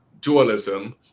dualism